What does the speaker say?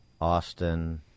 Austin